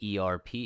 ERP